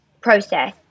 process